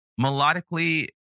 melodically